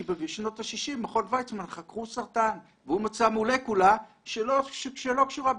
כי בשנות ה-60 מכון וייצמן חקרו סרטן והוא מצא מולקולה שלא קשורה בסרטן,